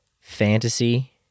fantasy